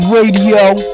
Radio